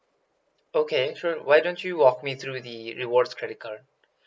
okay sure why don't you walk me through the rewards credit card